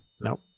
Nope